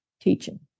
teaching